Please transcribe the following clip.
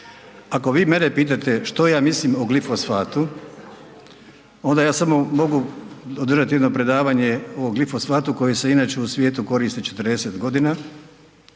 Ako vi mene pitate što ja mislim o glifosatu, onda ja samo mogu održati jedno predavanje o glifosatu koje se inače u svijetu koristi 40.g.,